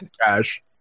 Cash